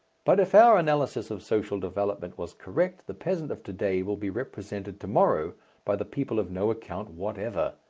but if our analysis of social development was correct the peasant of to-day will be represented to-morrow by the people of no account whatever,